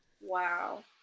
wow